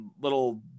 little